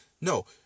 no